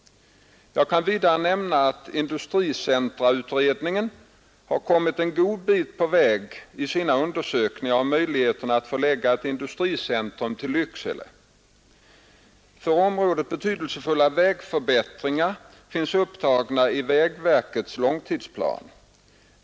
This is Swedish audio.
Jag kan vidare nämna, att industricentrautredningen har kommit en god bit på väg i sina undersökningar av möjligheterna att förlägga ett industricentrum till Lycksele. För omrädet betydelsefulla vägförbättringar finns upptagna i vägverkets långtidsplan.